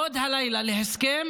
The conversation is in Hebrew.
עוד הלילה, להסכם